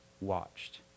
watched